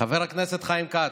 חבר הכנסת חיים כץ,